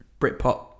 Britpop